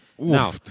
Now